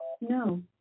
No